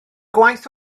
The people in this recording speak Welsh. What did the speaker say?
gwaith